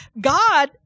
God